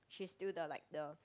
she is still the like the